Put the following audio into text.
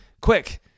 quick